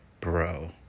bro